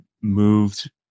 moved